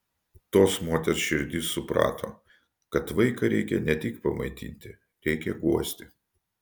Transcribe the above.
tos moters širdis suprato kad vaiką reikia ne tik pamaitinti reikia guosti